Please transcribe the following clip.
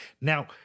Now